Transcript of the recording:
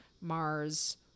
Mars